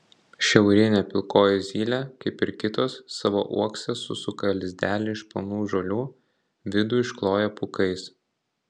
šiaurinė pilkoji zylė kaip ir kitos savo uokse susuka lizdelį iš plonų žolių vidų iškloja pūkais